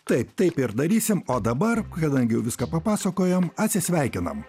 taip taip ir darysim o dabar kadangi jau viską papasakojom atsisveikina